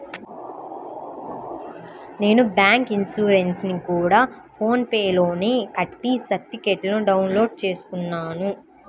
నేను బైకు ఇన్సురెన్సుని గూడా ఫోన్ పే లోనే కట్టి సర్టిఫికేట్టుని డౌన్ లోడు చేసుకున్నాను